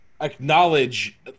acknowledge